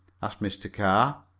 asked mr. carr.